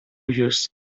use